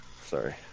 Sorry